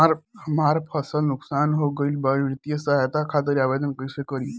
हमार फसल नुकसान हो गईल बा वित्तिय सहायता खातिर आवेदन कइसे करी?